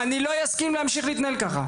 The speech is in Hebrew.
לא אסכים להמשיך להתנהל ככה.